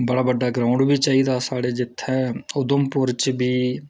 बड़ा बड्डा ग्राउंड बी चाहिदा साढे जि'त्थें उधमपुर च बी